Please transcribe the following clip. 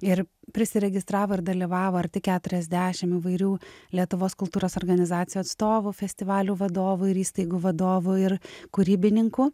ir prisiregistravo ir dalyvavo arti keturiasdešim įvairių lietuvos kultūros organizacijų atstovų festivalių vadovų ir įstaigų vadovų ir kūrybininkų